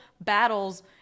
battles